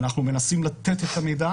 ואנחנו מנסים לתת את המידע